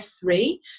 three